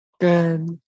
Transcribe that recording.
Good